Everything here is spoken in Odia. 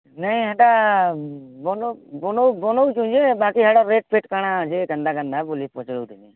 ନାଇଁ ହେଟା ବନଉ ବନଉ ବନଉଚୁଁ ଯେ ବାକି ହେଟା ରେଟ୍ ଫେଟ୍ କାଣା ଅଛେ କେନ୍ତା କେନ୍ତା ବଲି ପଚ୍ରଉଥିନି